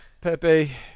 Pepe